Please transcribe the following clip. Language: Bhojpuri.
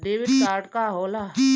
डेबिट कार्ड का होला?